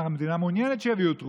והמדינה צריכה להשלים לו,